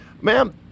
ma'am